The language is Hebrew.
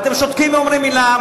ואתם שותקים ולא אומרים מלה,